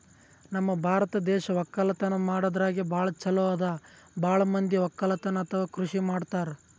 ನಮ್ ಭಾರತ್ ದೇಶ್ ವಕ್ಕಲತನ್ ಮಾಡದ್ರಾಗೆ ಭಾಳ್ ಛಲೋ ಅದಾ ಭಾಳ್ ಮಂದಿ ವಕ್ಕಲತನ್ ಅಥವಾ ಕೃಷಿ ಮಾಡ್ತಾರ್